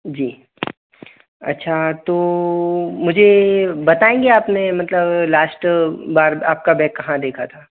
जी अच्छा तो मुझे बताएंगे आपने मतलब लाश्ट बार आपका बैग कहाँ देखा था